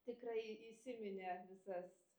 tikrai įsiminė visas